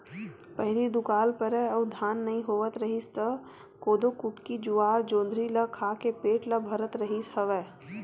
पहिली दुकाल परय अउ धान नइ होवत रिहिस त कोदो, कुटकी, जुवाड़, जोंधरी ल खा के पेट ल भरत रिहिस हवय